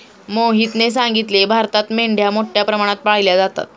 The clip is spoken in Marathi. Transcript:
मोहितने सांगितले, भारतात मेंढ्या मोठ्या प्रमाणात पाळल्या जातात